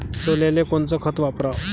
सोल्याले कोनचं खत वापराव?